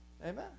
Amen